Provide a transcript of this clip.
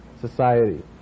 society